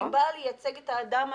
אני באה לייצג את האדם הפשוט,